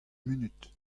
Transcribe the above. munut